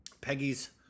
Peggy's